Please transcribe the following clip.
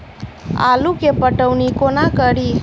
आलु केँ पटौनी कोना कड़ी?